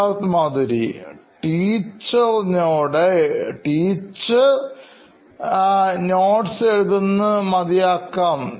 Siddharth Maturi CEO Knoin Electronics teacher notes എഴുതുന്നത് മതിയാക്കാം